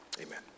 amen